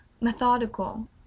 methodical